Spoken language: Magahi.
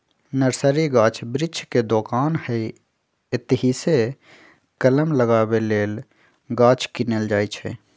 नर्सरी गाछ वृक्ष के दोकान हइ एतहीसे कलम लगाबे लेल गाछ किनल जाइ छइ